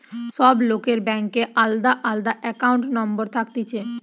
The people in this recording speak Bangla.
সব লোকের ব্যাংকে আলদা আলদা একাউন্ট নম্বর থাকতিছে